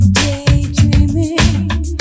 daydreaming